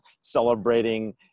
celebrating